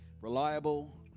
reliable